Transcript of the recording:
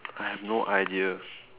I have no idea